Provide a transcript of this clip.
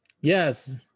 Yes